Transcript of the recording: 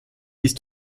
ist